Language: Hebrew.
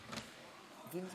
סלימאן,